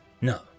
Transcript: No